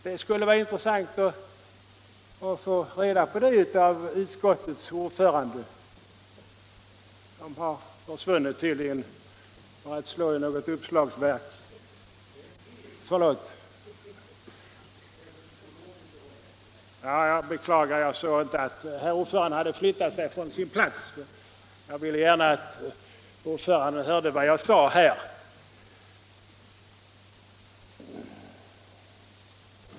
Det skulle vara intressant att få reda på det av utskottets ordförande, som deltagit i grundlagberedningen.